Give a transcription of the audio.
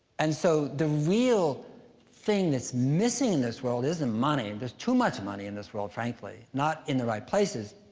and so, the real thing that's missing in this world isn't money. there's too much money in this world, frankly. not in the right places.